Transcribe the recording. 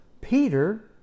Peter